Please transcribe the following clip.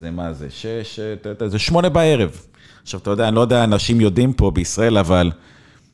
זה מה, זה שש? זה שמונה בערב, עכשיו אתה יודע, אני לא יודע, אנשים יודעים פה בישראל, אבל...